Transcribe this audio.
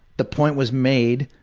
the point was made.